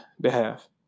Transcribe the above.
behalf